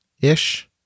ish